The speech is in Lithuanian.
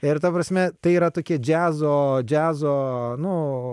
ir ta prasme tai yra tokie džiazo džiazo nu